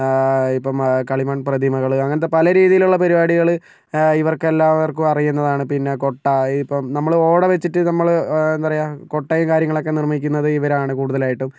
ഇപ്പോൾ കളിമൺ പ്രതിമകൾ അങ്ങനത്തെ പല രീതിയിലുള്ള പരിപാടികൾ ഇവർക്ക് എല്ലാവർക്കും അറിയുന്നതാണ് പിന്നെ കൊട്ട ഇപ്പം നമ്മൾ ഓട വെച്ചിട്ട് നമ്മൾ എന്താ പറയുക കൊട്ടയും കാര്യങ്ങളൊക്കെ നിർമ്മിക്കുന്നത് ഇവരാണ് കൂടുതലായിട്ടും